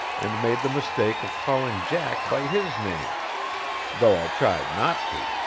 and made the mistake of calling jack by his name though i tried not to,